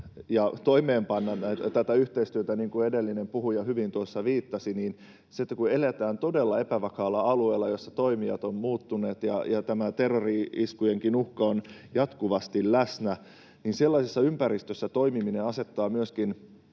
toimeenpanna tätä yhteistyötä, mihin edellinen puhuja hyvin tuossa viittasi, niin kun eletään todella epävakaalla alueella, jossa toimijat ovat muuttuneet ja tämä terrori-iskujenkin uhka on jatkuvasti läsnä, niin sellaisessa ympäristössä toimiminen asettaa myöskin